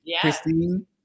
Christine